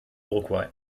uruguay